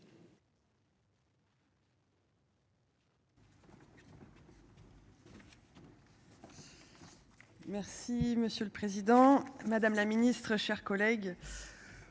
Merci, monsieur le Président Madame la Ministre, chers collègues.